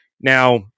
Now